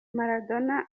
maradona